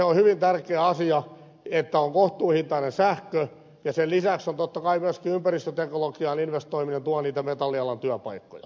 on hyvin tärkeä asia että on kohtuuhintainen sähkö ja sen lisäksi totta kai myöskin ympäristöteknologiaan investoiminen tuo niitä metallialan työpaikkoja